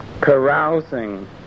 carousing